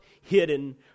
hidden